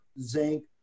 zinc